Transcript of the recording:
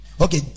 Okay